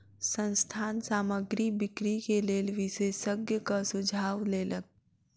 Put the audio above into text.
संस्थान सामग्री बिक्री के लेल विशेषज्ञक सुझाव लेलक